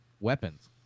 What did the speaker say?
weapons